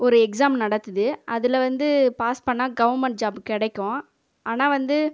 ஒரு எக்ஸாம் நடக்குது அதில் வந்து பாஸ் பண்ணால் கவெர்மெண்ட் ஜாப் கிடைக்கும் ஆனால் வந்து